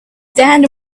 stand